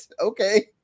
okay